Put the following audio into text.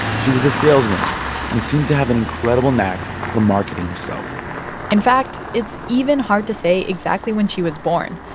she was a saleswoman and seemed to have an incredible knack for marketing herself in fact, it's even hard to say exactly when she was born.